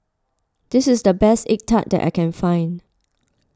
this is the best Egg Tart that I can find